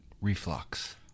reflux